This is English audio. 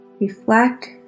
Reflect